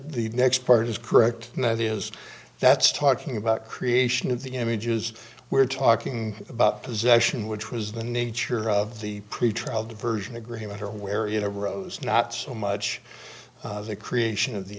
the next part is correct and that is that's talking about creation of the images we're talking about possession which was the nature of the pretrial diversion agreement where it arose not so much the creation of the